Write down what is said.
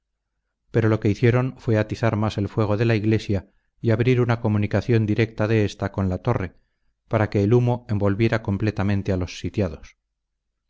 pero lo que hicieron fue atizar más el fuego de la iglesia y abrir una comunicación directa de ésta con la torre para que el humo envolviera completamente a los sitiados